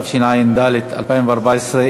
התשע"ד 2014,